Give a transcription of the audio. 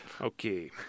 okay